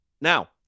Now